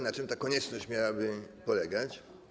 Na czym ta konieczność miałaby polegać?